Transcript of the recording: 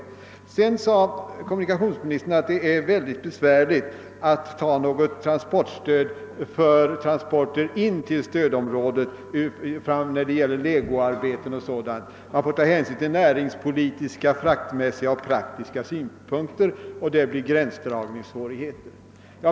Vidare sade kommunikationsministern att det vore mycket besvärligt att genomföra ett transportstöd för transporterna in till stödområdet för legoarbeten och sådant; man finge ta hänsyn till näringspolitiska, fraktmässiga och praktiska synpunkter och därvid uppstode gränsdragningssvårigheter.